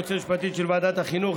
היועצת המשפטית של ועדת החינוך,